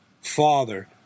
Father